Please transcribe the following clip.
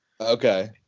okay